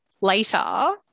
later